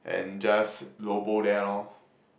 and just lobo there lor